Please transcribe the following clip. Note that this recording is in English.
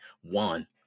One